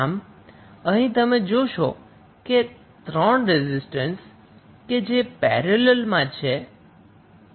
આમ અહીં તમે જોશો કે 3 રેઝિસ્ટન્સ કે જે પેરેલલમાં છે